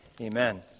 amen